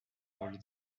rôle